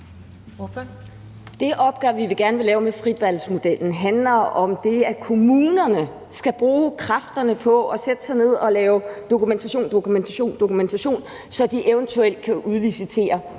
Det opgør, vi gerne vil lave med fritvalgsmodellen, handler om det, at kommunerne skal bruge kræfterne på at sætte sig ned og lave dokumentation, dokumentation,